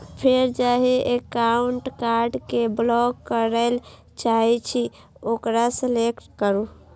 फेर जाहि एकाउंटक कार्ड कें ब्लॉक करय चाहे छी ओकरा सेलेक्ट करू